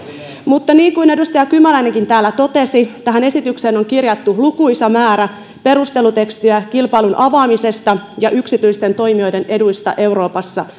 mutta niin kuin edustaja kymäläinenkin täällä totesi tähän esitykseen on kirjattu lukuisa määrä perustelutekstiä kilpailun avaamisesta ja yksityisten toimijoiden eduista euroopassa